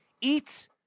eats